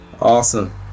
Awesome